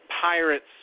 pirates